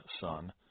son